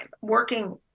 working –